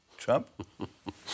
Trump